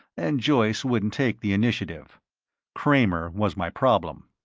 and joyce wouldn't take the initiative kramer was my problem.